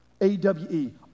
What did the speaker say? A-W-E